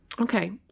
Okay